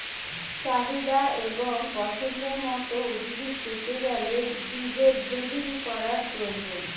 চাহিদা এবং পছন্দের মত উদ্ভিদ পেতে গেলে বীজের ব্রিডিং করার প্রয়োজন